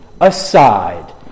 aside